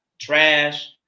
trash